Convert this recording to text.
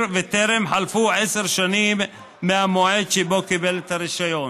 וטרם חלפו עשר שנים מהמועד שבו קיבל את הרישיון)